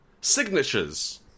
signatures